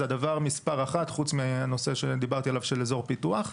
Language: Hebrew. זה הדבר מספר אחד חוץ מהנושא עליו דיברתי שהוא אזור פיתוח.